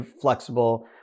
flexible